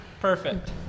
Perfect